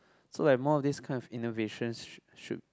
so like more of this kind of innovations should